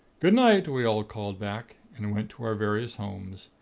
good night, we all called back, and went to our various homes.